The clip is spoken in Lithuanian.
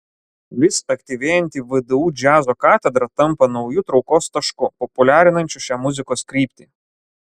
vis aktyvėjanti vdu džiazo katedra tampa nauju traukos tašku populiarinančiu šią muzikos kryptį